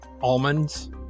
Almonds